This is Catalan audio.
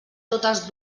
totes